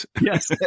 Yes